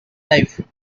life